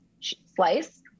slice